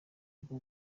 rwo